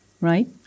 right